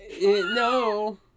No